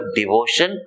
devotion